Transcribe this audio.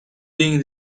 being